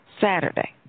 Saturday